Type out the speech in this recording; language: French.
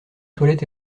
toilettes